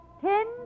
Ten